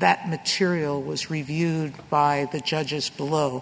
that material was reviewed by the judges below